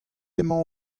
emañ